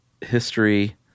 history